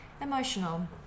Emotional